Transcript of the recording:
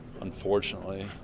unfortunately